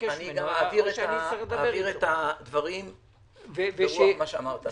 אעביר לשר את הדברים ברוח מה שאמרת.